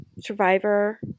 survivor